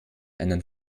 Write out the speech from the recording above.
einen